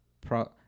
pro